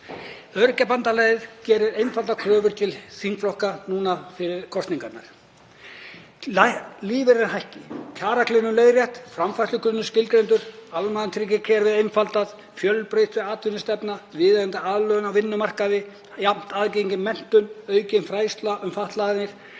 Öryrkjabandalagið gerir einfaldar kröfur til þingflokka núna fyrir kosningarnar: Lífeyrir hækki, kjaragliðnun leiðrétt, framfærslugrunnur skilgreindur, almannatryggingakerfið einfaldað, fjölbreytt atvinnustefna, viðeigandi aðlögun á vinnumarkaði, jafnt aðgengi að menntun, aukin fræðsla um fatlanir,